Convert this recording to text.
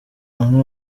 amwe